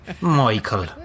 Michael